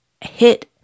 hit